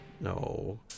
no